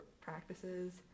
practices